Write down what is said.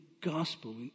gospel